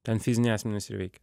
ten fiziniai asmenys ir veikia